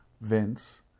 Vince